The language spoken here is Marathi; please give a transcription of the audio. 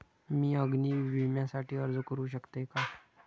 मी अग्नी विम्यासाठी अर्ज करू शकते का?